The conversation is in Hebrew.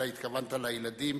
אלא התכוונת לילדים.